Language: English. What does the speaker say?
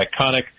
iconic